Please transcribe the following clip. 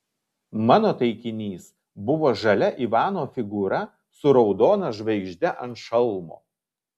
mano taikinys buvo žalia ivano figūra su raudona žvaigžde ant šalmo